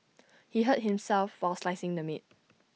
he hurt himself while slicing the meat